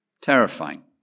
terrifying